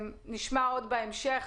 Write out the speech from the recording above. נשמע עוד על זה בהמשך.